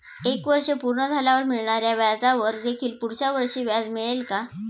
एक वर्ष पूर्ण झाल्यावर मिळणाऱ्या व्याजावर देखील पुढच्या वर्षी व्याज मिळेल का?